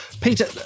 peter